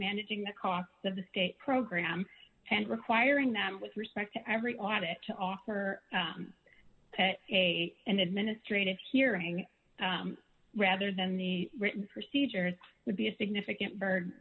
managing the costs of the state program and requiring them with respect to every audit to offer that a and administrative hearing rather than the written procedures would be a significant burd